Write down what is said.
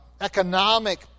economic